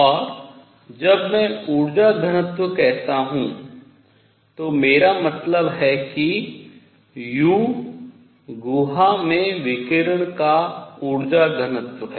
और जब मैं ऊर्जा घनत्व कहता हूँ तो मेरा मतलब है कि u गुहा में विकिरण का ऊर्जा घनत्व है